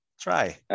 Try